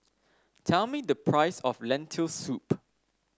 tell me the price of Lentil Soup